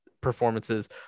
performances